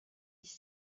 dix